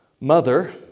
Mother